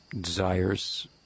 desires